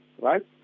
right